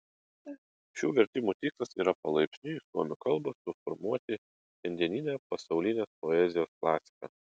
šių vertimų tikslas yra palaipsniui suomių kalba suformuoti šiandieninę pasaulinės poezijos klasiką